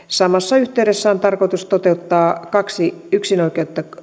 samassa yhteydessä on tarkoitus toteuttaa kaksi yksinoikeutta